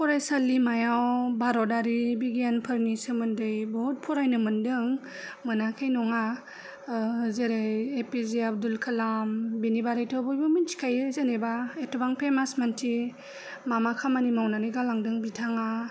फरायसालिमायाव भारतारि बिगियानफोरनि सोमोन्दै बहुद फरायनो मोनदों मोनाखै नङा जेरै एपिजे आब्दुल कालाम बेनि बारैथ' बयबो मिथिखायो जेनेबा एथबां फेमास मानसि मा मा खामानि मावनानै गालांदों बिथाङा